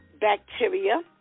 bacteria